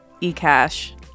e-cash